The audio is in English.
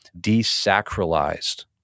desacralized